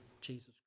Jesus